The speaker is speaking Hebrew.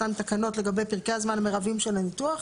אותן תקנות לגבי פרקי הזמן המרביים של הניתוח.